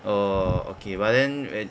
oh okay but then